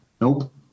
Nope